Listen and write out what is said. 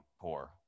poor